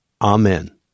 Amen